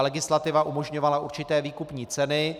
Legislativa umožňovala určité výkupní ceny.